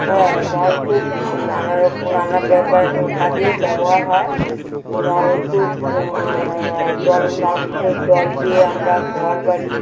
হ্যাঁ নলকূপ নানারকম নানা ব্যাপার কাজে ব্যবহার হয় নলকূপ জল নলকূপের জল দিয়ে আমরা ঘর বাড়ি